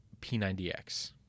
P90X